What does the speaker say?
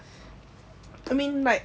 I mean like